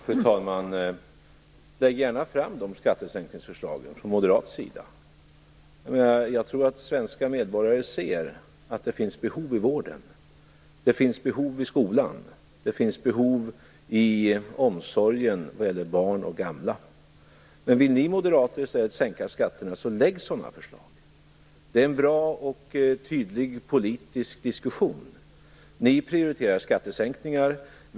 Fru talman! Lägg gärna fram de skattesänkningsförslagen från moderat sida! Jag tror att svenska medborgare ser att det finns behov i vården. Det finns behov i skolan. Det finns behov i omsorgen vad gäller barn och gamla. Men vill ni moderater i stället sänka skatterna så lägg fram sådana förslag. Det är en bra och tydlig politisk diskussion. Ni prioriterar skattesänkningar.